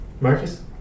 Marcus